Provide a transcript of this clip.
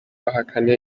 bahakana